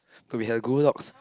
to be her Goldilocks